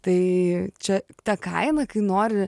tai čia ta kaina kai nori